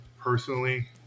personally